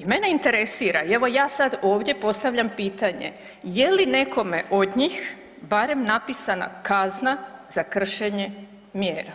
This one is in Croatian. I mene interesira, evo ja sad ovdje postavljam pitanje je li nekome od njih barem napisana kazna za kršenje mjera